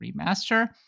remaster